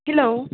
hello